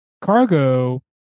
cargo